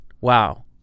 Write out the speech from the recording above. wow